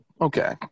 Okay